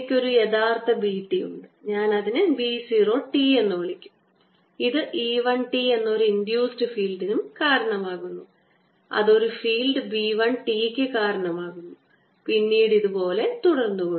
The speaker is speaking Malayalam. എനിക്ക് ഒരു യഥാർത്ഥ B t ഉണ്ട് അതിനെ ഞാൻ B 0 t എന്ന് വിളിക്കും ഇത് E 1 t എന്ന ഒരു ഇൻഡ്യൂസ്ഡ് ഫീൽഡിന് കാരണമാകുന്നു അത് ഒരു ഫീൽഡ് B 1 t ക്ക് കാരണമാകുന്നു പിന്നീട് ഇതുപോലെ തുടരുന്നു